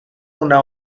una